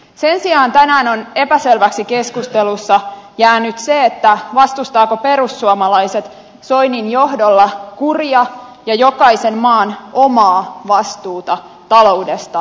sen sijaan tänään on epäselväksi keskustelussa jäänyt se vastustavatko perussuomalaiset soinin johdolla kuria ja jokaisen maan omaa vastuuta taloudestaan